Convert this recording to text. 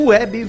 Web